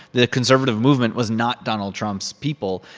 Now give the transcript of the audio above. the conservative movement was not donald trump's people.